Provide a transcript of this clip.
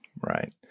Right